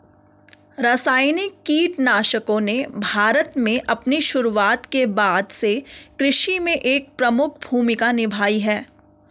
रासायनिक कीटनाशकों ने भारत में अपनी शुरूआत के बाद से कृषि में एक प्रमुख भूमिका निभाई है